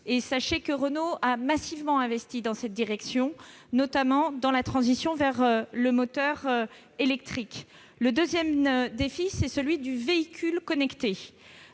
Sachez-le, Renault a massivement investi dans cette direction, notamment en faveur du moteur électrique. Le deuxième, c'est celui du véhicule connecté,